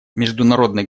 международный